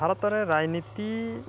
ଭାରତରେ ରାଜନୀତି